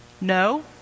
No